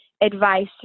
advice